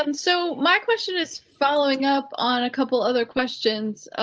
um so my question is following up on a couple other questions.